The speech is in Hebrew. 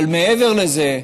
אבל מעבר לזה,